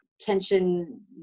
tension